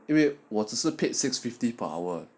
因为我只是 paid six fifty per hour